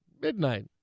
midnight